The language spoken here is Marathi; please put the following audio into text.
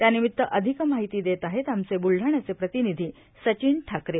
त्याविमित्त अधिक माहिती देत आहेत आमचे बुलद्यण्याचे प्रतिविधी संचिन ठाकरे